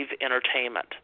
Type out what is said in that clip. entertainment